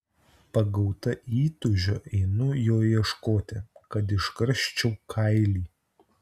pagauta įtūžio einu jo ieškoti kad iškarščiau kailį